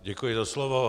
Děkuji za slovo.